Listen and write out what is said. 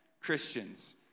Christians